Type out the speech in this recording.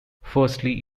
firstly